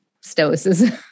stoicism